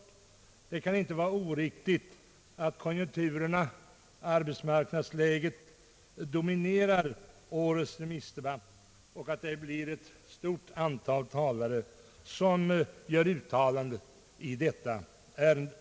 Därför kan det inte vara oriktigt att konjunkturerna och arbetsmarknadsläget dominerar årets remissdebatt och att det blir en mängd talare som yttrar sig i detta ärende.